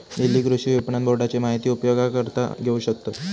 दिल्ली कृषि विपणन बोर्डाची माहिती उपयोगकर्ता घेऊ शकतत